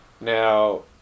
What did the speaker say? Now